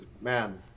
man